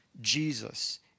Jesus